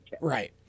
Right